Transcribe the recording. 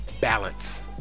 balance